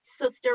sister